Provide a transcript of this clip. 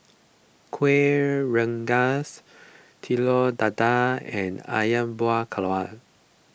Kuih Rengas Telur Dadah and Ayam Buah Keluak